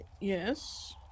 Yes